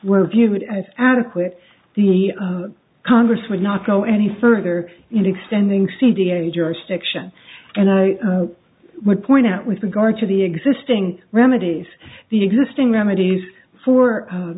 were viewed as adequate the congress would not go any further in extending cd age or section and i would point out with regard to the existing remedies the existing remedies for